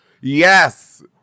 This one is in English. yes